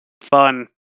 fun